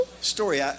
story